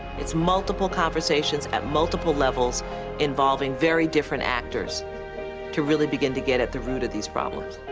it's multiple conversations at multiple levels involving very different actors to really begin to get at the root of these problems.